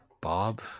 Bob